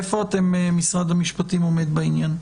איפה אתם, משרד המשפטים, עומד בעניין?